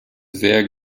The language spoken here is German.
sehr